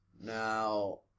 Now